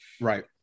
Right